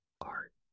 Art